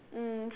mm